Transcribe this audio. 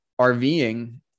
rving